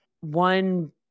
one